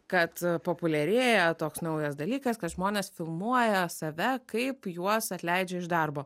kad populiarėja toks naujas dalykas kad žmonės filmuoja save kaip juos atleidžia iš darbo